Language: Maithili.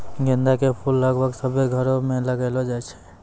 गेंदा के फूल लगभग सभ्भे घरो मे लगैलो जाय छै